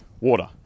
water